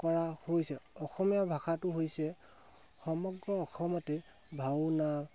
কৰা হৈছে অসমীয়া ভাষাটো হৈছে সমগ্ৰ অসমতে ভাওনা